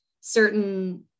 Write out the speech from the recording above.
certain